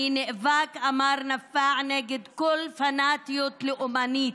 אני נאבק, אמר נפאע, נגד כל פנאטיות לאומנית,